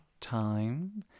time